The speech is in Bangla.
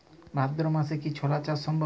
ভাদ্র মাসে কি ছোলা চাষ সম্ভব?